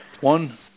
One